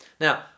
Now